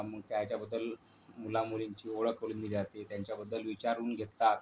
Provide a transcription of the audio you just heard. मग त्याच्याबद्दल मुलामुलींची ओळख करून दिली जाते त्यांच्याबद्दल विचारून घेतात